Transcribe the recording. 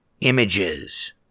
images